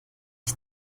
ich